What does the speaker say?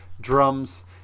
drums